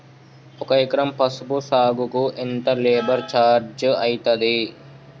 ఒక ఎకరం పసుపు సాగుకు ఎంత లేబర్ ఛార్జ్ అయితది?